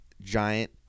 giant